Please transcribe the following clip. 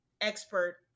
expert